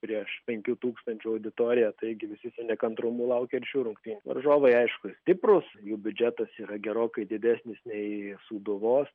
prieš penkių tūkstančių auditoriją taigi visi su nekantrumu laukia ir šių rungtyn varžovai aišku stiprūs jų biudžetas yra gerokai didesnis nei sūduvos